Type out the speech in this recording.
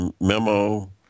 Memo